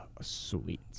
sweet